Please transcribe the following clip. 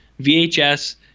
vhs